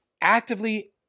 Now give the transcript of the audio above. actively